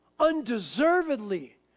Undeservedly